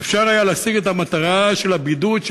אפשר היה להשיג את המטרה של הבידוד,